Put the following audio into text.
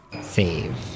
save